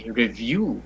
review